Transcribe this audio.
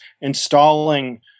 installing